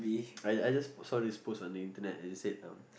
I I just saw this post on the internet and it said um